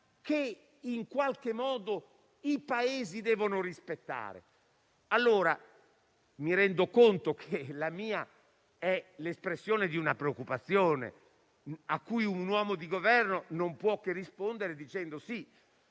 dire naturali, che i Paesi devono rispettare. Mi rendo conto che la mia è l'espressione di una preoccupazione, alla quale un uomo di Governo non può che rispondere dicendo che